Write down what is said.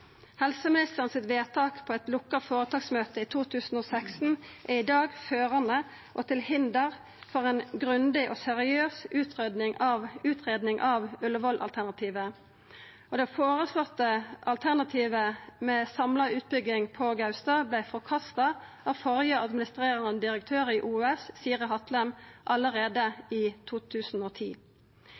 Helseministeren sitt vedtak på eit lukka føretaksmøte i 2016 er i dag førande og til hinder for ei grundig og seriøs utgreiing av Ullevål-alternativet. Det føreslåtte alternativet med samla utbygging på Gaustad vart forkasta av førre administrerande direktør i OUS, Siri Hatlen, allereie i 2010.